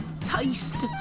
taste